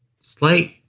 slight